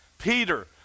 Peter